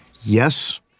Yes